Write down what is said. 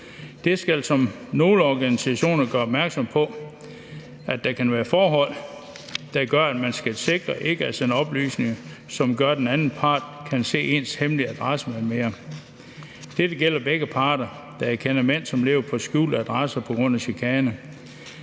kan, som nogle organisationer gør opmærksom på, være forhold, der gør, at man skal sikre ikke at sende oplysninger, som gør, at den anden part kan se ens hemmelige adresse m.m. Dette gælder begge parter, da jeg kender mænd, som lever på skjulte adresser på grund af chikane.